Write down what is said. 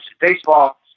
baseball